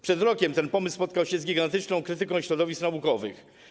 Przed rokiem ten pomysł spotkał się z gigantyczną krytyką środowisk naukowych.